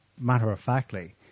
matter-of-factly